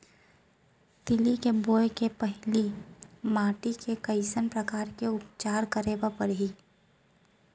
तिलि के बोआई के पहिली माटी के कइसन प्रकार के उपचार करे बर परही?